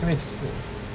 因为你只是